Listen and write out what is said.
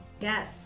Yes